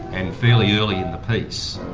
and fairly early in the piece.